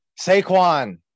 Saquon